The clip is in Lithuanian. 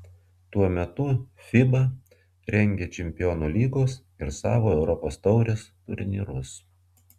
tuo metu fiba rengia čempionų lygos ir savo europos taurės turnyrus